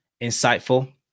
insightful